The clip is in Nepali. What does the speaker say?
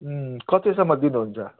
उम् कतिसम्म दिनुहुन्छ